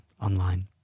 online